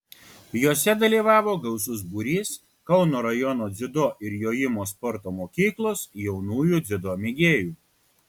jose dalyvavo gausus būrys kauno rajono dziudo ir jojimo sporto mokyklos jaunųjų dziudo mėgėjų